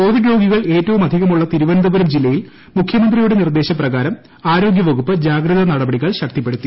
Covid രോഗികൾ ഏറ്റവുമധികമുള്ള തിരുവനന്തപുരം ജില്ലയിൽ മുഖ്യമന്ത്രിയുടെ നിർദേശ പ്രകാരം ആരോഗ്യ വകുപ്പ് ജാഗ്രതാ നടപടികൾ ശക്തിപ്പെടുത്തി